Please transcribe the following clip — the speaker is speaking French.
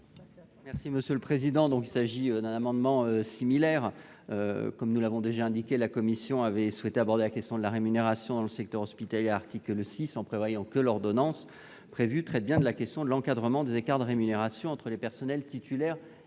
Bernard Jomier. Il s'agit d'un amendement similaire. Comme nous l'avons déjà indiqué, la commission avait souhaité aborder la question de la rémunération dans le secteur hospitalier à l'article 6, en prévoyant que l'ordonnance traite bien de la question de l'encadrement des écarts de rémunération entre les personnels titulaires et contractuels.